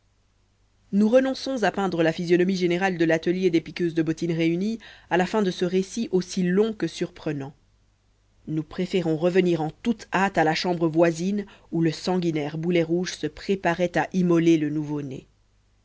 nous renonçons à peindre la physionomie générale de l'atelier des piqueuses de bottines réunies à la fin de ce récit aussi long que surprenant nous préférons revenir en toute hâte à la chambre voisine où le sanguinaire boulet rouge se préparait à immoler le nouveau-né